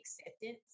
acceptance